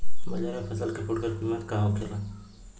बाजार में फसल के फुटकर कीमत का होखेला?